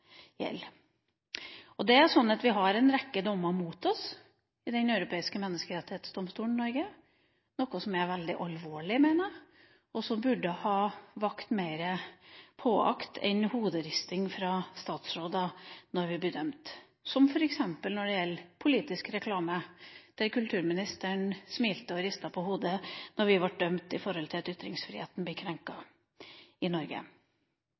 veldig alvorlig, mener jeg, og som burde ha vært mer påaktet enn bare hoderisting fra statsråder når vi blir dømt, som f.eks. når det gjelder politisk reklame, der kulturministeren smilte og ristet på hodet da vi ble dømt for at ytringsfriheten ble krenket i Norge.